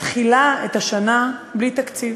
מתחילה את השנה בלי תקציב.